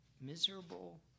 miserable